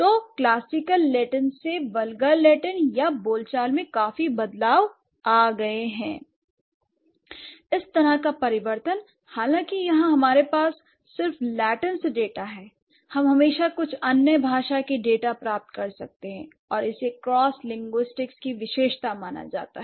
तो classical Latin से vulgar Latin या बोलचाल में काफी बदलाव आ गए हैं l इस तरह का परिवर्तन हालांकि यहां हमारे पास सिर्फ लैटिन से डेटा है हम हमेशा कुछ अन्य भाषा के डेटा प्राप्त कर सकते हैं और इसे क्रॉस लिंग्विस्टिक्स की विशेषता माना जाता है